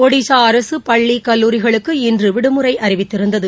ஒடிஸாஅரசுபள்ளிகல்லூரிகளுக்கு இன்றுவிடுமுறைஅறிவித்திருந்தது